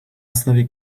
основе